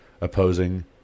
opposing